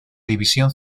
división